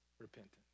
repentance